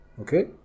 Okay